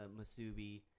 Masubi